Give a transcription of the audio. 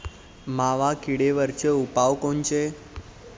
मावा किडीवरचे उपाव कोनचे?